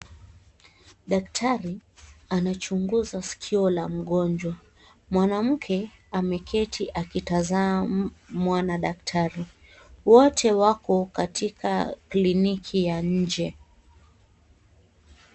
Daktari anachunguza sikio la mgonjwa. Mwanamke ameketi akitazamwa na daktari wote wako katika kliniki ya nje.